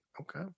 okay